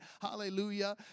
Hallelujah